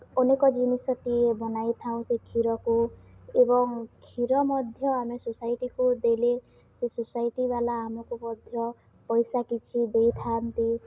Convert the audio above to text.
ଅନେକ ଜିନିଷଟିଏ ବନାଇଥାଉ ସେ କ୍ଷୀରକୁ ଏବଂ କ୍ଷୀର ମଧ୍ୟ ଆମେ ସୋସାଇଟିକୁ ଦେଲେ ସେ ସୋସାଇଟିବାଲା ଆମକୁ ମଧ୍ୟ ପଇସା କିଛି ଦେଇଥାନ୍ତି